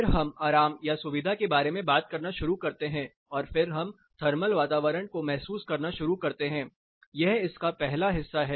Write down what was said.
फिर हम आराम या असुविधा के बारे में बात करना शुरू करते हैं और फिर हम थर्मल वातावरण को महसूस करना शुरू करते हैं यह इसका पहला हिस्सा है